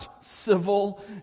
civil